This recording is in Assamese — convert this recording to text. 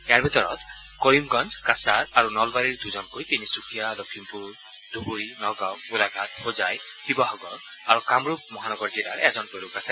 ইয়াৰ ভিতৰত কৰিমগঞ্জ কাছাৰ আৰু নলবাৰীৰ দুজনকৈ তিনিচুকীয়া লখিমপুৰ ধুবুৰী নগাঁও গোলাঘাট হোজাই শিৱসাগৰ আৰু কামৰূপ মহানগৰ জিলাৰ এজনকৈ লোক আছে